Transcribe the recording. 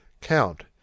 Count